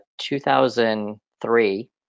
2003